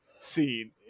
Scene